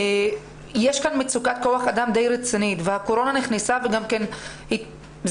יש כאן מצוקת כוח אדם די רצינית והקורונה נכנסה וגם כן זה